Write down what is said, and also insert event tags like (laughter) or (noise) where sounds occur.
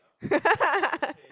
(laughs)